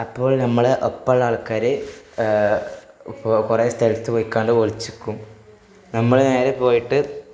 അപ്പോൾ നമ്മളുടെ ഒപ്പമുള്ള ആൾക്കാര് കുറേ സ്ഥലത്ത് പോയിക്കാണ്ട് ഒളിച്ചുനില്ക്കും നമ്മള് നേരെ പോയിട്ട്